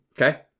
Okay